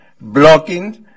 blocking